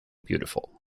beautiful